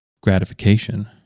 gratification